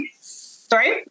sorry